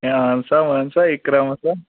ہے اَہن سا وَن سا اِکرَم ہسا